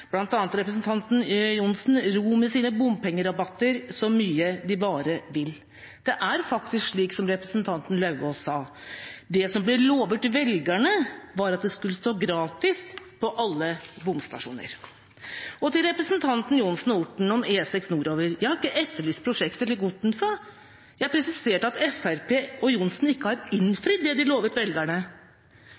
ved representanten Johnsen – ro med sine bompengerabatter så mye de bare vil. Det er faktisk slik som representanten Lauvås sa: Det som ble lovet velgerne, var at det skulle stå «gratis» på alle bomstasjoner. Til representantene Johnsen og Orten om E6 nordover: Jeg har ikke etterlyst prosjektet, slik Orten sa, jeg presiserte at Fremskrittspartiet – og Johnsen – ikke har innfridd det de lovet velgerne.